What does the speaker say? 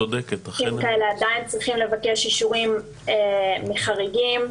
עדיין צריכים לבקש אישורים מוועדת החריגים,